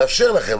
לאפשר לכם.